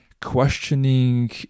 questioning